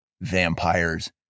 vampires